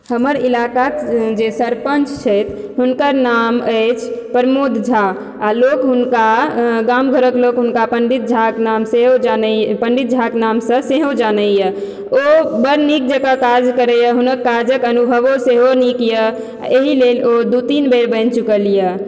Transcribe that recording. हमर इलाकाक जे सरपंच छथि हुनकर नाम अछि प्रमोद झा आ लोक हुनका गाम घरक लोक हुनका पंडित झाक नाम सेहो जानै पंडित झाक नाम सऽ सेहो जानै यऽ ओ बड़ नीक जेकाँ काज करै यऽ हुनक काजक अनुभवो सेहो नीक यऽ एहि लेल ओ दू तीन बेर बनि चुकल यऽ